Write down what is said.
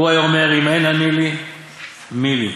"הוא היה אומר: אם אין אני לי מי לי,